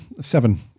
Seven